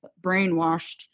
brainwashed